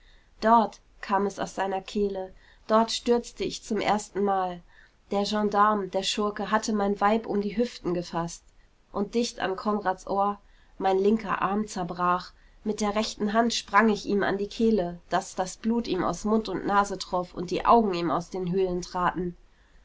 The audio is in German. dort kam es aus seiner kehle dort stürzte ich zum erstenmal der gendarm der schurke hatte mein weib um die hüften gefaßt und dicht an konrads ohr mein linker arm zerbrach mit der rechten hand sprang ich ihm an die kehle daß das blut ihm aus mund und nase troff und die augen ihm aus den höhlen traten